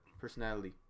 personality